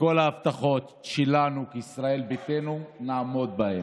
וכל ההבטחות שלנו כישראל ביתנו, נעמוד בהן.